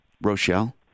Rochelle